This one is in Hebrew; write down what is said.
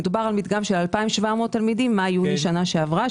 מדובר על מדגם של 2,700 תלמידים ממאי-יוני שנה שעברה.